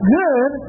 good